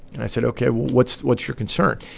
and i said, ok, what's what's your concern?